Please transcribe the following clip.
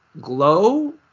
glow